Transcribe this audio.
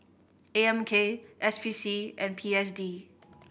A M K S P C and P S D